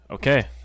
okay